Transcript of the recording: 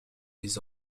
des